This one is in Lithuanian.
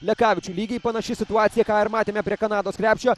lekavičių lygiai panaši situacija ką ir matėme prie kanados krepšio